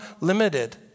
limited